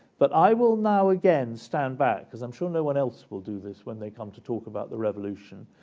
but i will now again stand back, because i'm sure no one else will do this when they come to talk about the revolution,